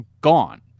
gone